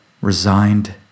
resigned